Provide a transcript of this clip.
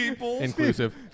inclusive